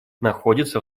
находится